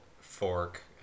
fork